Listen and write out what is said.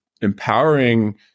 empowering